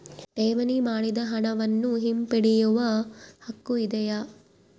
ಠೇವಣಿ ಮಾಡಿದ ಹಣವನ್ನು ಹಿಂಪಡೆಯವ ಹಕ್ಕು ಇದೆಯಾ?